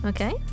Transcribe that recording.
Okay